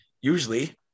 Usually